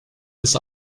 this